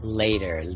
later